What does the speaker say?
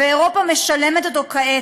ואירופה משלמת אותו כעת.